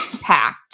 packed